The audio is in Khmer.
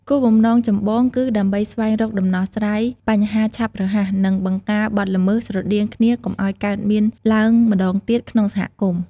គោលបំណងចម្បងគឺ ដើម្បីស្វែងរកដំណោះស្រាយបញ្ហាឆាប់រហ័ស និងបង្ការបទល្មើសស្រដៀងគ្នាកុំឲ្យកើតមានឡើងម្តងទៀតក្នុងសហគមន៍។